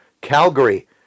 Calgary